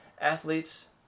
athletes